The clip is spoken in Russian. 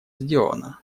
сделано